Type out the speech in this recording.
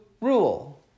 rule